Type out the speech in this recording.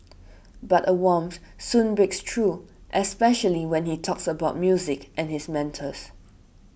but a warmth soon breaks through especially when he talks about music and his mentors